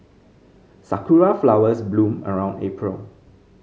sakura flowers bloom around April